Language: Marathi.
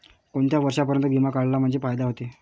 कोनच्या वर्षापर्यंत बिमा काढला म्हंजे फायदा व्हते?